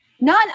none